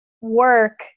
work